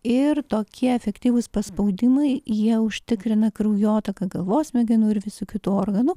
ir tokie efektyvūs paspaudimai jie užtikrina kraujotaką galvos smegenų ir visų kitų organų